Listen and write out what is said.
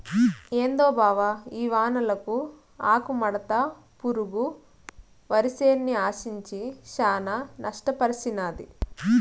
ఏందో బావ ఈ వానలకు ఆకుముడత పురుగు వరిసేన్ని ఆశించి శానా నష్టపర్సినాది